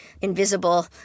invisible